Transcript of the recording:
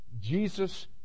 Jesus